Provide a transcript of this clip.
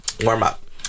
warm-up